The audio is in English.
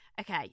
okay